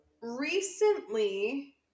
recently